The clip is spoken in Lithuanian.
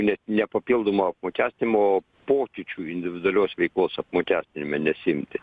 net ne papildomo apmokestinimo pokyčių individualios veiklos apmokestinime nesiimti